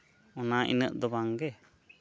ᱚᱱᱟ ᱤᱱᱟᱹᱜ ᱫᱚ ᱵᱟᱝ ᱜᱮ